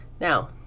Now